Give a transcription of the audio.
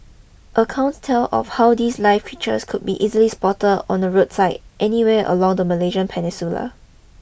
accounts tell of how these live creatures could be easily spotted on the roadside anywhere along the Malaysian Peninsula